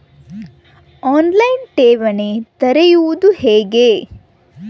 On line ಠೇವಣಿ ತೆರೆಯೋದು ಹೆಂಗ?